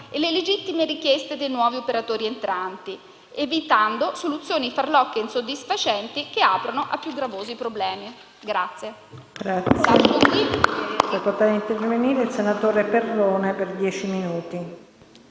e le legittime richieste dei nuovi operatori entranti, evitando soluzioni farlocche e insoddisfacenti che aprono a più gravosi problemi.